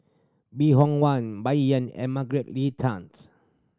Bong Hiong Hwa Bai Yan and Margaret Leng Tanz